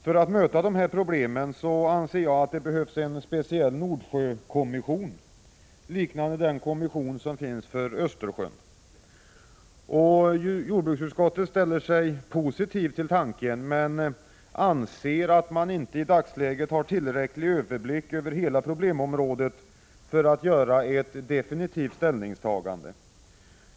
För att möta dessa problem behövs det enligt min mening en speciell Nordsjökommission, liknande den kommission som finns för Östersjön. Jordbruksutskottet ställer sig positivt till tanken, men anser att man inte i dag har tillräcklig överblick över hela problemområdet för att göra ett definitivt ställningstagande.